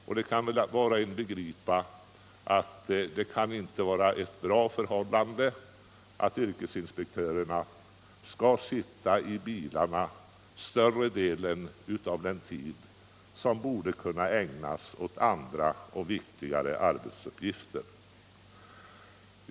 Var och en kan begripa att det inte kan vara bra att yrkesinspektörerna skall sitta i bilarna större delen av den tid som de skall ägna åt viktiga arbetsuppgifter.